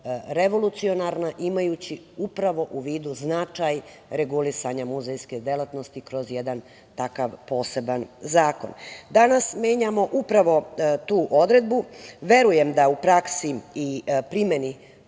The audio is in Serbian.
revolucionarna, imajući upravo u vidu značaj regulisanja muzejske delatnosti kroz jedan takav poseban zakon. Danas menjamo upravo tu odredbu. Verujem da u praksi i primeni